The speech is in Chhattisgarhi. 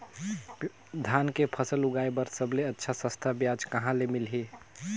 धान के फसल उगाई बार सबले अच्छा सस्ता ब्याज कहा ले मिलही?